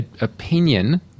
opinion